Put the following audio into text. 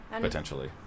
Potentially